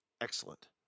excellent